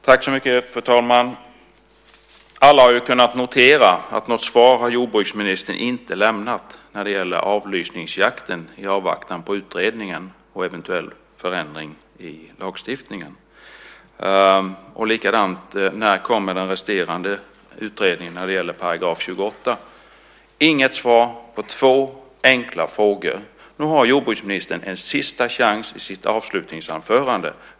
Fru talman! Alla har kunnat notera att jordbruksministern inte har lämnat något svar när det gäller avlysningsjakten i avvaktan på utredningen och en eventuell förändring i lagstiftningen. Vi har inte heller fått svar på frågan: När kommer den resterande utredningen när det gäller § 28? Vi har inte fått svar på två enkla frågor. Nu har jordbruksministern en sista chans i sitt avslutningsanförande.